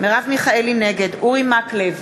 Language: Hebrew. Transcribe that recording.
נגד אורי מקלב,